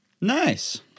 Nice